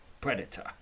Predator